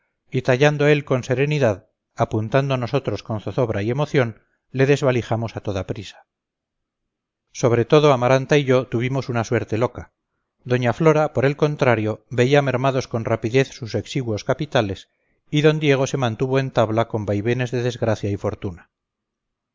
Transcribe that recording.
tallando él con serenidad apuntando nosotros con zozobra y emoción le desvalijamos a toda prisa sobre todo amaranta y yo tuvimos una suerte loca doña flora por el contrario veía mermados con rapidez sus exiguos capitales y d diego se mantuvo en tabla con vaivenes de desgracia y fortuna